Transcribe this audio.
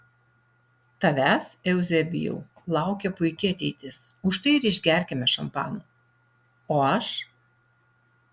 tavęs euzebijau laukia puiki ateitis už tai ir išgerkime šampano o aš